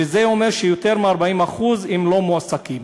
וזה אומר שיותר מ-40% הם לא מועסקים.